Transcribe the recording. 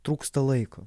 trūksta laiko